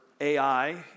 AI